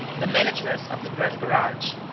the manageress of the grand garage,